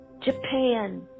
Japan